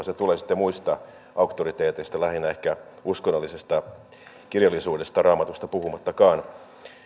se tulee sitten muista auktoriteeteista lähinnä ehkä uskonnollisesta kirjallisuudesta raamatusta puhumattakaan